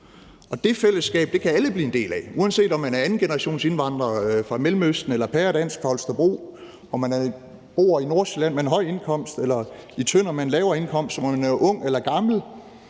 Og det fællesskab kan alle blive en del af. Uanset om man er af andengenerationsindvandrer fra Mellemøsten eller er pæredansk og fra Holstebro, om man bor i Nordsjælland med en høj indkomst eller i Tønder med en lavere indkomst, om man er ung eller gammel,